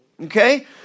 Okay